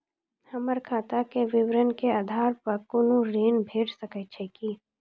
हमर खाता के विवरण के आधार प कुनू ऋण भेट सकै छै की?